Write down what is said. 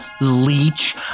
leech